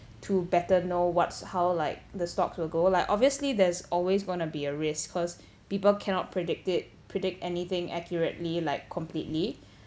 to better know what's how like the stocks will go like obviously there's always gonna be a risk cause people cannot predict it predict anything accurately like completely